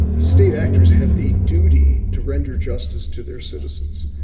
ah state actors have a duty to render justice to their citizens,